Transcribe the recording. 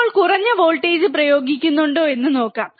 ഇപ്പോൾ കുറഞ്ഞ വോൾട്ടേജ് പ്രയോഗിക്കുന്നുണ്ടോ എന്ന് നോക്കാം